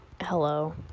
hello